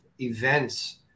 events